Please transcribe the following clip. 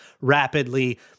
rapidly